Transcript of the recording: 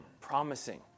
promising